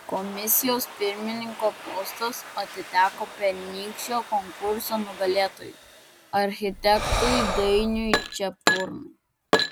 komisijos pirmininko postas atiteko pernykščio konkurso nugalėtojui architektui dainiui čepurnai